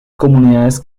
comunidades